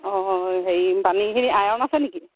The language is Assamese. অঁ হেৰি পানীখিনি আইৰণ আছে নেকি